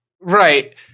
Right